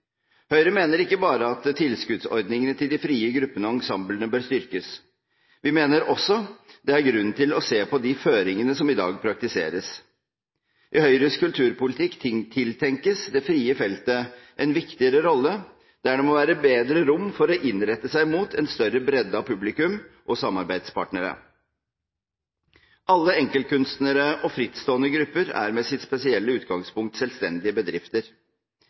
Høyre mener ikke bare at tilskuddsordningene til de frie gruppene og ensemblene bør styrkes. Vi mener også det er grunn til å se på de føringene som i dag praktiseres. I Høyres kulturpolitikk tiltenkes det frie feltet en viktigere rolle, der det må være bedre rom for å innrette seg mot en større bredde av publikum og samarbeidspartnere. Alle enkeltkunstnere og frittstående grupper er med sitt spesielle utgangspunkt selvstendige bedrifter,